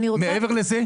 מעבר לזה,